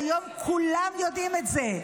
והיום כולם יודעים את זה.